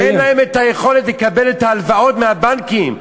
שאין להם את היכולת לקבל את ההלוואות מהבנקים.